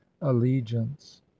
allegiance